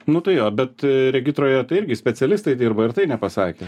nu tai jo bet regitroje tai irgi specialistai dirba ir tai nepasakė